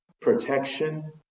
protection